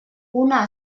una